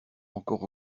encore